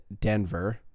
Denver